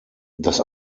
das